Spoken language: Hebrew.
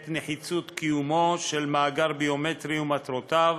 את נחיצות קיומו של מאגר ביומטרי ומטרותיו,